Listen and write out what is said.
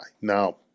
Now